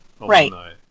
right